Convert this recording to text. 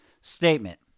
statement